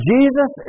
Jesus